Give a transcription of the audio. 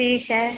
ठीक है